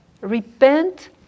repent